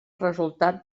resultat